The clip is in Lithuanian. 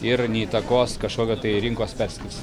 ir neįtakos kažkokio tai rinkos perskirstytmo